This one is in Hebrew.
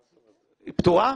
היא פטורה?